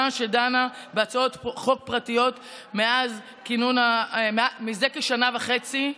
שדנה בהצעות חוק פרטיות מזה כשנה וחצי,